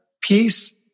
peace